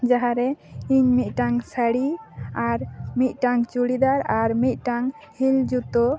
ᱡᱟᱦᱟᱸᱨᱮ ᱤᱧ ᱢᱤᱫᱴᱟᱝ ᱥᱟᱲᱤ ᱟᱨ ᱢᱤᱫᱴᱟᱝ ᱪᱩᱲᱤᱫᱟᱨ ᱟᱨ ᱢᱤᱜᱴᱟᱝ ᱦᱤᱞ ᱡᱩᱛᱟᱹ